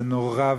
זה נורא ואיום.